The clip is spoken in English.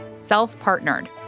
Self-partnered